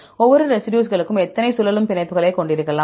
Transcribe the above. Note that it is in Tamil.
ஒவ்வொரு ரெசிடியூஸ்களும் எத்தனை சுழலும் பிணைப்புகளைக் கொண்டிருக்கலாம்